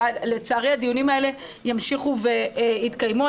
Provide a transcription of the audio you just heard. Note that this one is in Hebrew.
ולצערי הדיונים האלה ימשיכו ויתקיימו.